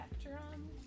spectrum